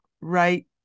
right